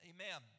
Amen